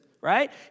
right